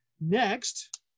next